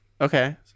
okay